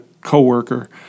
coworker